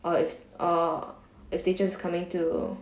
or if or if teachers coming to